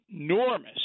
enormous